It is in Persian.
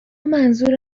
منظور